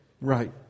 right